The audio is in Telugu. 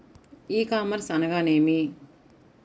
ఈ కామర్స్ అనగా నేమి?